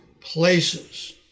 places